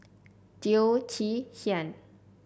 Teo Chee Hean